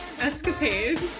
escapade